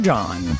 John